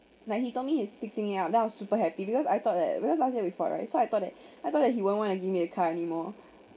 like he told me he's fixing it out then I was super happy because I thought like because last year we fought right so I thought that I thought that he won't want to give me the car anymore